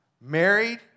married